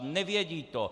Nevědí to!